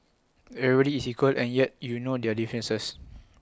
everybody is equal and yet you know their differences